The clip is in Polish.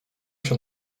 się